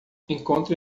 encontre